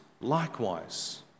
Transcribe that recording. likewise